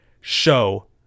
show